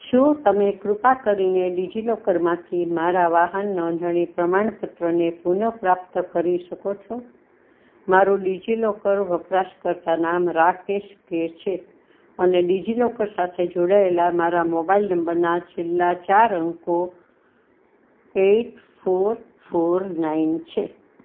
શું તમે કૃપા કરીને ડિજિલોકરમાંથી મારા વાહન નોંધણી પ્રમાણ પત્રને પુનઃપ્રાપ્ત કરી શકો છો મારું ડિજિલોકર વપરાશકર્તા નામ રાકેશ કે છે અને ડિજિલોકર સાથે જોડાયેલા મારા મોબાઈલ નંબરના છેલ્લા ચાર અંકો એટ ફોર ફોર નાઇન છે